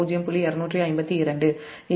252 j 0